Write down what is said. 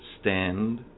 stand